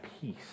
peace